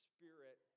Spirit